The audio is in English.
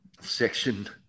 section